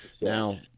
Now –